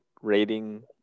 rating